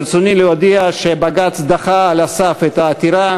ברצוני להודיע שבג"ץ דחה על הסף את העתירה,